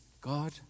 God